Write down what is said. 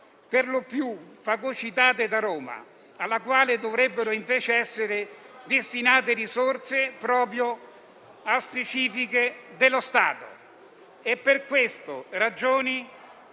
perlopiù fagocitate da Roma, alla quale dovrebbero invece essere destinate risorse specifiche dello Stato. Per tale ragioni